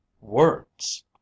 Words